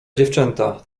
dziewczęta